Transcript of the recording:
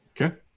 Okay